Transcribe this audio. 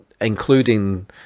including